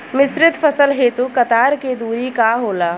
मिश्रित फसल हेतु कतार के दूरी का होला?